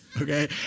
okay